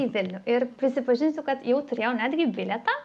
į vilnių ir prisipažinsiu kad jau turėjau netgi bilietą